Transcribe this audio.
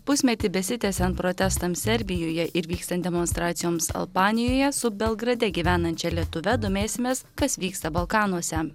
pusmetį besitęsiant protestams serbijoje ir vykstant demonstracijoms albanijoje su belgrade gyvenančia lietuve domėsimės kas vyksta balkanuose